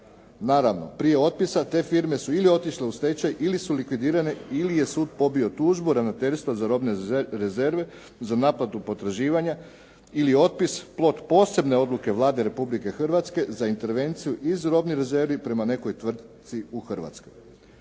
Naravno, prije otpisa te firme su otišle u stečaj ili su likvidirane ili je sud pobio tužbu Ravnateljstva za robne rezerve za naplatu potraživanja ili otpis od posebne odluke Vlade Republike Hrvatske za intervenciju iz robnih rezervi prema nekoj tvrtci u Hrvatskoj.